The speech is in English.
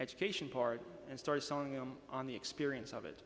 education part and started selling them on the experience of it